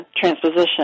transposition